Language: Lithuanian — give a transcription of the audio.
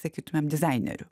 sakytumėm dizaineriu